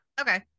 Okay